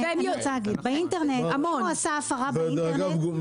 אם הוא עשה הפרה באינטרנט זה --- ודרך אגב,